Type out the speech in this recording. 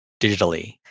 digitally